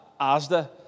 ASDA